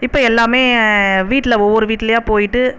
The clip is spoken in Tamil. இப்போ எல்லாமே வீட்டில் ஒவ்வொரு வீட்டிலயா போய்ட்டு